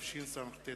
תודה.